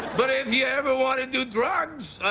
but if you ever want to do drugs,